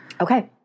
Okay